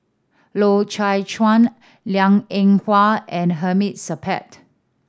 Loy Chye Chuan Liang Eng Hwa and Hamid Supaat